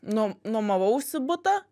nu nuomavausi butą